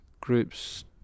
groups